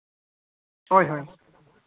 ᱦᱳᱭ ᱦᱳᱭ